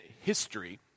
history